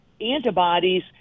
antibodies